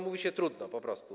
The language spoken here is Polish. Mówi się trudno, po prostu.